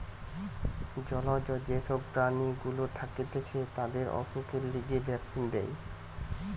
জলজ যে সব প্রাণী গুলা থাকতিছে তাদের অসুখের লিগে ভ্যাক্সিন দেয়